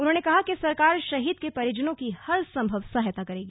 उन्होंने कहा कि सरकार शहीद के परिजनों की हर संभव सहायता करेगी